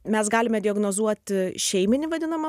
mes galime diagnozuoti šeiminį vadinamą